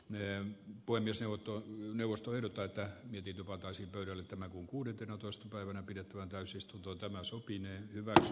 ne voi myös joutua neuvosto ehdottaa että ehdin vatasen pyörittämä kun kuudentenatoista päivänä pidettävään täysistunto tämä sopineen hyvä s